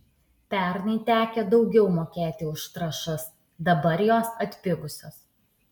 pernai tekę daugiau mokėti už trąšas dabar jos atpigusios